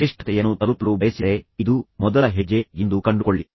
ನೀವು ಶ್ರೇಷ್ಠತೆಯನ್ನು ತಲುಪಲು ಬಯಸಿದರೆ ಇದು ಮೊದಲ ಹೆಜ್ಜೆ ಎಂದು ಕಂಡುಕೊಳ್ಳಿ